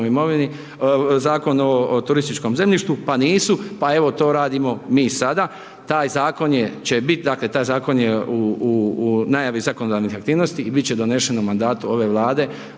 imovini, Zakon o turističkom zemljištu pa nisu, pa evo to radimo mi sada. Taj zakon je, će biti, dakle taj zakon je u najavi zakonodavnih aktivnosti i biti će donesen u mandatu ove Vlade